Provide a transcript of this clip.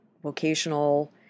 vocational